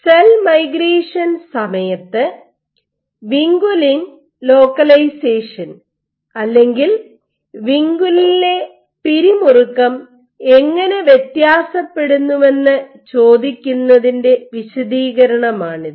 cell migration സമയത്ത് vinculin localization അല്ലെങ്കിൽ വിൻകുലിനിലെ പിരിമുറുക്കം എങ്ങനെ വ്യത്യാസപ്പെടുന്നുവെന്ന് ചോദിക്കുന്നതിൻറെ വിശദീകരണമാണിത്